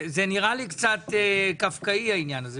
זה נראה לי קצת קפקאי העניין הזה,